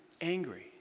angry